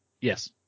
Yes